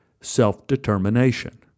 self-determination